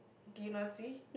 did you not see